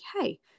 hey